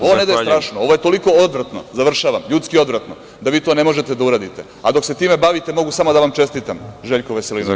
Ovo ne da je strašno, ovo je toliko odvratno, ljudski odvratno, da vi to ne možete da uradite, a dok se time bavite mogu samo da vam čestitam, Željko Veselinoviću.